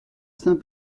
saint